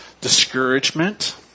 Discouragement